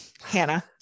Hannah